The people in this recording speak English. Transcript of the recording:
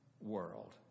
world